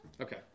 Okay